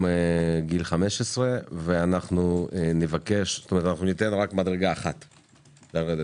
גיל 15. אנחנו ניתן רק מדרגה אחת לרדת,